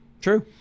True